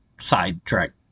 Sidetrack